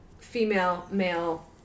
female-male